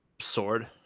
Sword